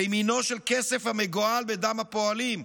לימינו של כסף המגואל בדם הפועלים.